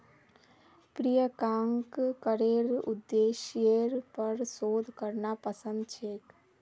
प्रियंकाक करेर उद्देश्येर पर शोध करना पसंद छेक